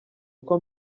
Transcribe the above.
uko